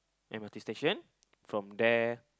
m_r_t station from there